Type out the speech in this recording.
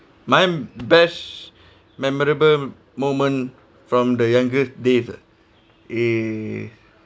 my best memorable moment from the younger days ah eh